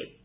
चक्का जाम